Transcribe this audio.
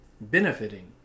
benefiting